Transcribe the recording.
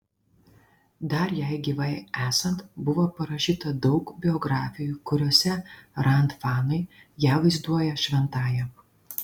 dar jai gyvai esant buvo parašyta daug biografijų kuriose rand fanai ją vaizduoja šventąja